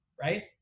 Right